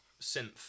synth